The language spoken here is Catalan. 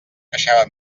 queixava